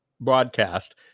broadcast